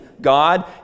God